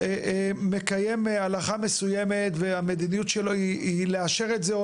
מקיים הלכה מסוימת והמדיניות שלו היא לאשר את זה,